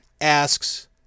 asks